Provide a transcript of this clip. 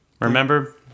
Remember